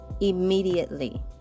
immediately